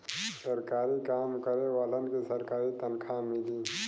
सरकारी काम करे वालन के सरकारी तनखा मिली